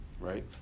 right